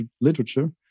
literature